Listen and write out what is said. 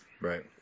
Right